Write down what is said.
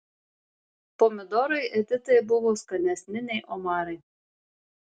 pomidorai editai buvo skanesni nei omarai